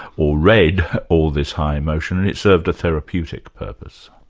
or read all this high emotion, and it served a therapeutic purpose.